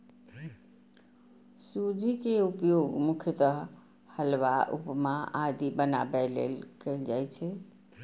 सूजी के उपयोग मुख्यतः हलवा, उपमा आदि बनाबै लेल कैल जाइ छै